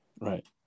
Right